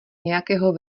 nějakého